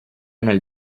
nel